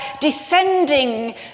descending